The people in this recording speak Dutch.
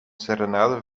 serenade